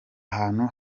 hantu